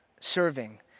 serving